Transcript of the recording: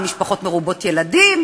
ממשפחות מרובות ילדים,